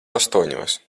astoņos